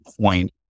point